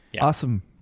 Awesome